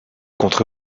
contre